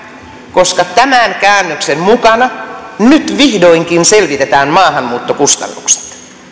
koska tämän käännöksen mukana nyt vihdoinkin selvitetään maahanmuuttokustannukset